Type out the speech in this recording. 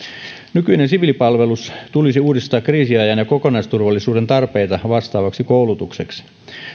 nykyinen siviilipalvelus tulisi uudistaa kriisin ajan ja kokonaisturvallisuuden tarpeita vastaavaksi koulutukseksi